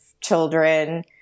children